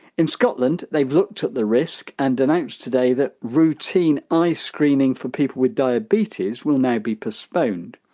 in scotland, they've looked at the risk and announced today that routine eye screening for people with diabetes will now be postponed.